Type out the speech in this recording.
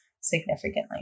significantly